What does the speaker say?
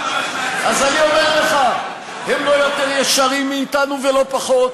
אז אני אומר לך, הם לא יותר ישרים מאתנו ולא פחות,